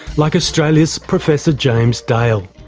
like australia's professor james dale.